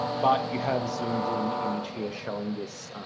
but you have a zoomed-in image here showing this